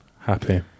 Happy